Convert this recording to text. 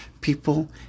people